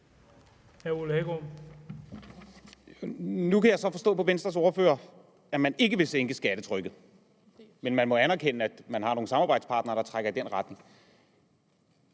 Nu kan jeg så forstå på Venstres ordfører, at man ikke vil sænke skattetrykket, men man må anerkende, at man har nogle samarbejdspartnere, der trækker i den retning.